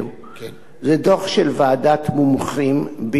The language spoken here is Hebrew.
זה דוח של ועדת מומחים בלתי תלויה.